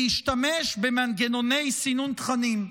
להשתמש במנגנוני סינון תכנים.